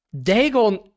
Dagon